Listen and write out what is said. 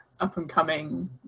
up-and-coming